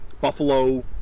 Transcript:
Buffalo